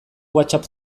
whatsapp